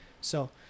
So-